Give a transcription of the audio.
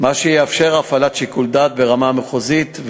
מה שיאפשר הפעלת שיקול דעת ברמה המחוזית,